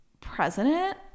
president